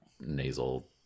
nasal